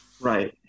Right